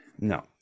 No